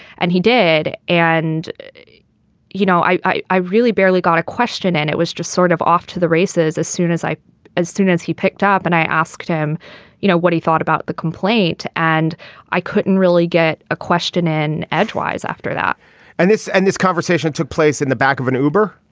and he did. and you know i i really barely got a question and it was just sort of off to the races as soon as i as soon as he picked up and i asked him you know what he thought about the complaint. and i couldn't really get a question in edgewise after that and this and this conversation took place in the back of an uber.